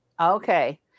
Okay